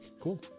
Cool